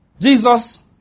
Jesus